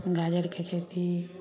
गाजरके खेती